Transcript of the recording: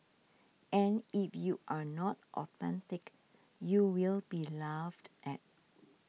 and if you are not authentic you will be laughed at